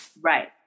Right